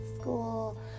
school